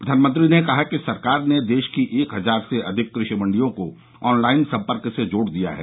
प्रधानमंत्री ने कहा कि सरकार ने देश की एक हजार से अधिक कृषि मंडियों को ऑनलाइन सपर्क से जाड़ दिया है